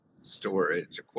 storage